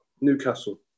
Newcastle